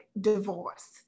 divorce